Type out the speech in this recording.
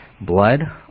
blood